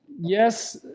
Yes